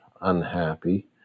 unhappy